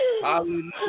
Hallelujah